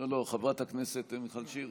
חבר הכנסת קלנר.